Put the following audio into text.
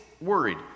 worried